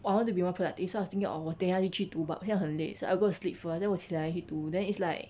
I want to be want productive so I was thinking of 我待那里去读 but 我现在很累 so I will go to sleep first then 我起来可以读 then it's like